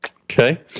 Okay